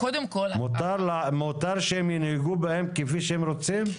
מותר שהם ינהגו בהם כפי שהם רוצים?